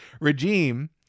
regime